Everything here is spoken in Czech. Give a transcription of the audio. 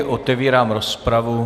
Otevírám rozpravu.